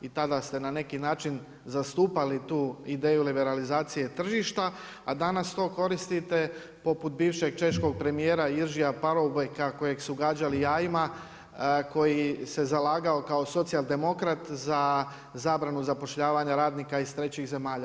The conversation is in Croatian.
I tada ste na neki način zastupali tu ideju liberalizacije tržišta, a danas to koristite poput bivšeg češkog premijera Iržija Parobojka kojeg su gađali jajima koji se zalagao kao socijaldemokrat za zabranu zapošljavanja radnika iz trećih zemalja.